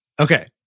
Okay